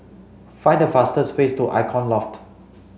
find the fastest way to Icon Loft